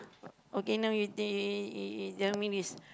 okay now you t~ tell me this